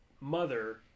mother